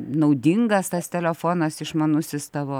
naudingas tas telefonas išmanusis tavo